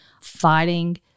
fighting